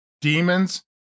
demons